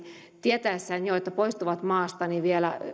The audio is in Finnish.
tietäessään jo että poistuvat maasta vielä